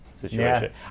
situation